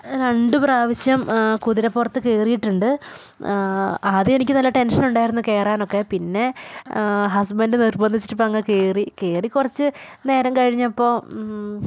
രണ്ടു പ്രാവിശ്യം കുതിരപ്പുറത്ത് കയറിയിട്ടുണ്ട് ആദ്യം എനിക്ക് നല്ല ടെൻഷൻ ഉണ്ടായിരുന്നു കയറാനൊക്കെ പിന്നെ ഹസ്ബൻഡ് നിർബന്ധിച്ചിട്ടിപ്പോൾ അങ്ങ് കയറി കയറി കുറച്ച് നേരം കഴിഞ്ഞപ്പോൾ